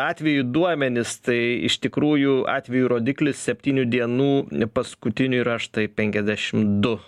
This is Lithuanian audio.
atvejų duomenys tai iš tikrųjų atvejų rodiklis septynių dienų paskutinių yra štai penkiasdešim du